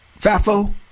Fafo